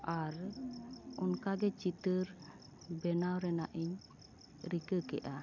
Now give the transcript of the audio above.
ᱟᱨ ᱚᱱᱠᱟ ᱜᱮ ᱪᱤᱛᱟᱹᱨ ᱵᱮᱱᱟᱣ ᱨᱮᱱᱟᱜ ᱤᱧ ᱨᱤᱠᱟᱹ ᱠᱮᱜᱼᱟ